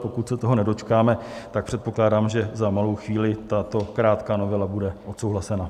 Pokud se toho nedočkáme, tak předpokládám, že za malou chvíli tato krátká novela bude odsouhlasena.